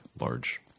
Large